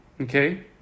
Okay